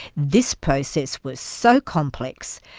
this process was so complex,